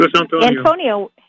Antonio